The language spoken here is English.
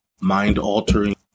mind-altering